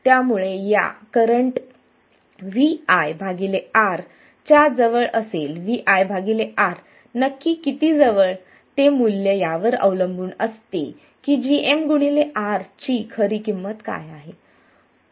त्यामुळे या current Vi R च्या जवळ असेल Vi R नक्की किती जवळ ते मूल्य यावर अवलंबून असते की gmR ची खरी किंमत काय आहे